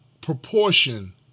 proportion